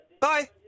Bye